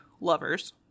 lovers